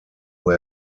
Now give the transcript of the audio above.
who